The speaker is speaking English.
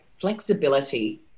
flexibility